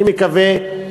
אני מקווה,